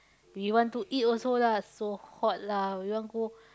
we want to eat also lah so hot lah we want go